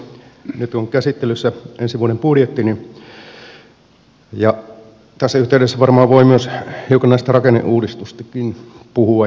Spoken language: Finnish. nyt on käsittelyssä ensi vuoden budjetti ja tässä yhteydessä varmaan voi myös hiukan näistä rakenneuudistuksistakin puhua